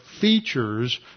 features